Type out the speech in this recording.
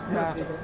ya